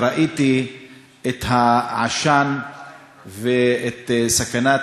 וראיתי את העשן ואת הסכנה,